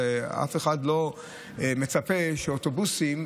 ואף אחד לא מצפה שאוטובוסים,